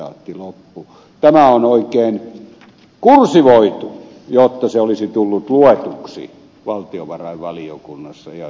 tämä on oikein kursivoitu jotta se olisi tullut luetuksi valtiovarainvaliokunnassa ja sen sihteeristössä